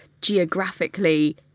geographically